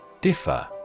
Differ